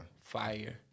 Fire